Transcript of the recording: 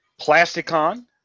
Plasticon